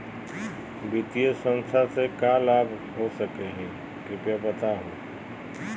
वित्तीय संस्था से का का लाभ हो सके हई कृपया बताहू?